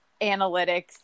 analytics